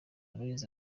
aloys